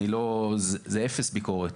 זה אפס ביקורת.